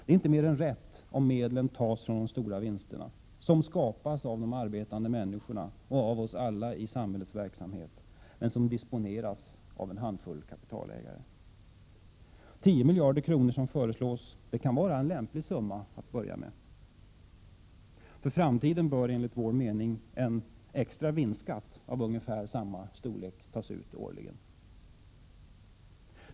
Det är inte mer än rätt om medlen tas från de stora vinsterna som skapas av de arbetande människorna och av oss alla i samhällelig verksamhet. Men pengarna disponeras av en handfull kapitalägare. 10 miljarder kronor, som föreslås, kan vara en lämplig summa att börja med. För framtiden bör enligt vår mening en extra vinstskatt av ungefär samma storlek tas ut årligen.